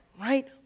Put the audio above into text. right